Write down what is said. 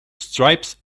stripes